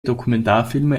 dokumentarfilme